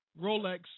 Rolex